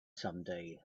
someday